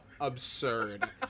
absurd